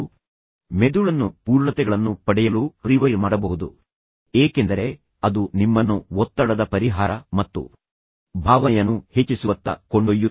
ನೀವು ನಿಮ್ಮ ಮೆದುಳನ್ನು ಪೂರ್ಣತೆಗಳನ್ನು ಪಡೆಯಲು ರಿವೈರ್ ಮಾಡಬಹುದು ಏಕೆಂದರೆ ಅದು ನಿಮ್ಮನ್ನು ಒತ್ತಡದ ಪರಿಹಾರ ಮತ್ತು ಭಾವನೆಯನ್ನು ಹೆಚ್ಚಿಸುವತ್ತ ಕೊಂಡೊಯ್ಯುತ್ತದೆ